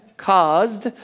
Caused